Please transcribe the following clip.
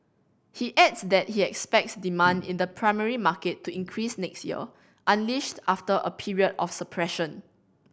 he adds that he expects demand in the primary market to increase next year unleashed after a period of suppression